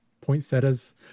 poinsettias